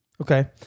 Okay